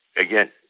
again